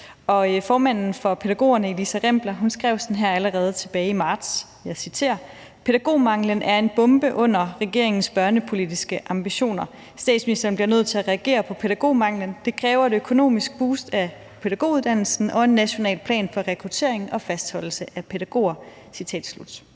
formanden for BUPL, Elisa Rimpler, står der: »Pædagogmanglen er en bombe under regeringens børnepolitiske ambitioner. Statsministeren bliver nødt til at reagere på pædagogmanglen ... Det kræver et økonomisk boost af pædagoguddannelsen og en national plan for rekruttering og fastholdelse af pædagoger«.